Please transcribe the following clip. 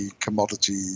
commodity